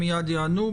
הם מייד יענו.